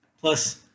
Plus